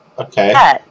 Okay